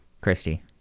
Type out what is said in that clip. christy